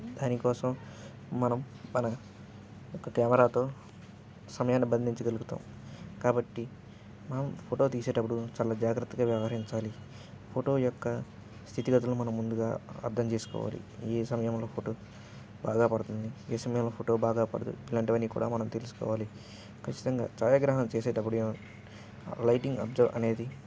దానికోసం మనం మన ఒక కెమెరాతో సమయాన్ని బంధించగలుగుతాము కాబట్టి మనం ఫోటో తీసేటపుడు చాలా జాగ్రత్తగా వ్యవరించాలి ఫోటో యొక్క స్థితిగతులు మనం ముందుగా అర్థం చేసుకోవాలి ఏ సమయంలో ఫోటో బాగా పడుతుంది ఏ సమయంలో ఫోటో బాగా పడదు ఇలాంటివన్నీ కూడా మనం తెలుసుకోవాలి ఖచ్చితంగా ఛాయాగ్రహం చేసేటప్పుడు లైటింగ్ అబ్జర్వ్ అనేది